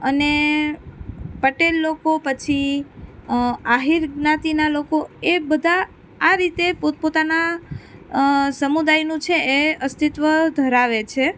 અને પટેલ લોકો પછી આહિર જ્ઞાતિનાં લોકો એ બધાં આ રીતે પોતપોતાનાં સમુદાયનું છે એ અસ્તિત્વ ધરાવે છે